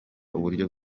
uburyo